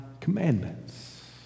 commandments